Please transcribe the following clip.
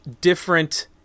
different